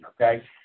okay